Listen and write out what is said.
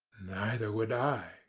neither would i,